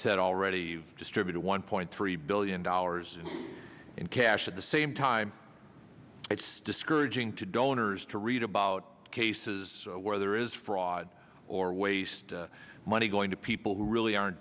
said already distributed one point three billion dollars in cash at the same time it's discouraging to donors to read about cases where there is fraud or waste of money going to people who really aren't